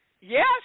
Yes